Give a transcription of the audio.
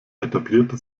etablierte